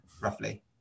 roughly